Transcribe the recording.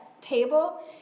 table